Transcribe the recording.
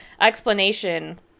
explanation